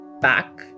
back